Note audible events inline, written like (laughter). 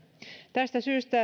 tästä syystä (unintelligible)